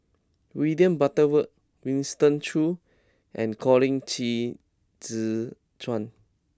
William Butterworth Winston Choos and Colin Qi Zhe Quan